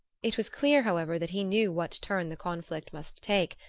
it was clear, however, that he knew what turn the conflict must take,